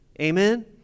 Amen